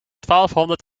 twaalfhonderd